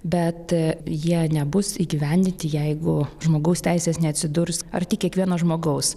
bet jie nebus įgyvendinti jeigu žmogaus teisės neatsidurs arti kiekvieno žmogaus